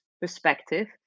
perspective